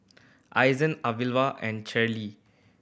Iza Alvia and Cherryl